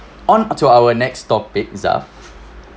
on to our next topic zaf